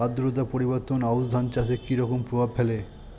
আদ্রতা পরিবর্তন আউশ ধান চাষে কি রকম প্রভাব ফেলে?